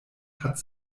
hat